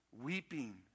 weeping